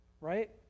right